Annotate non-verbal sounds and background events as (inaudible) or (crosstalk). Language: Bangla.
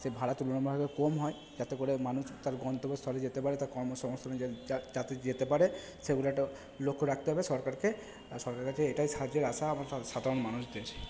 সেই ভাড়া তুলনামূলকভাবে কম হয় যাতে করে মানুষ তার গন্তব্যস্থলে যেতে পারে তার কর্মসংস্থানের যাতে যেতে পারে সেগুলো একটা লক্ষ্য রাখতে হবে সরকারকে আর সরকারের কাছে এটাই সাহায্যের আশা (unintelligible) সাধারণ মানুষদের